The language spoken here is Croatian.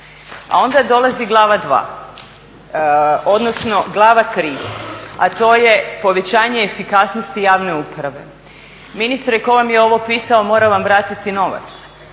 A onda dolazi glava 3, a to je povećanje efikasnosti javne uprave. Ministre, tko vam je ovo pisao mora vam vratiti novac